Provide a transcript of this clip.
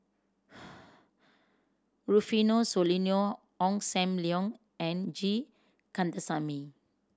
Rufino Soliano Ong Sam Leong and G Kandasamy